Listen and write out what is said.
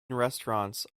restaurants